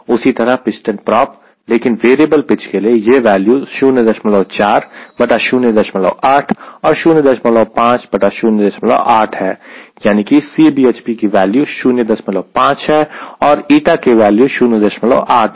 उसी तरह piston prop लेकिन वेरिएबल पिच के लिए यह वैल्यू 04 बटा 08 और 05 बटा 08 है यानी कि Cbhp की वैल्यू 05 है और η की वैल्यू 08 है